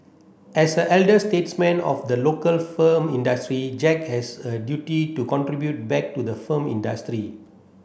as the elder statesman of the local film industry Jack has a duty to contribute back to the film industry